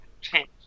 change